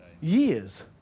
years